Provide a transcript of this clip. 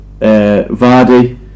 Vardy